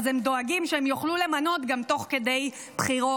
אז הם דואגים שהם יוכלו למנות גם תוך כדי בחירות.